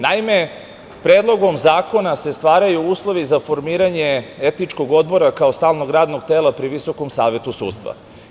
Naime, predlogom zakona se stvaraju uslovi za formiranje etičkog odbora kao stalnog radnog tela pri Visokom savetu sudstva.